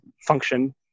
function